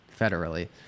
federally